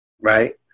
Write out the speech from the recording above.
right